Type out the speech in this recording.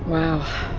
wow.